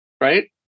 right